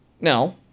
Now